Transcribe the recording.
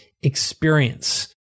experience